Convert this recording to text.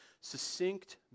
succinct